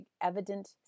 evident